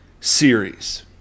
series